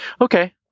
Okay